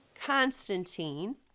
Constantine